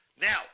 Now